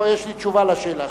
כבר יש לי תשובה על השאלה שלך.